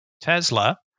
Tesla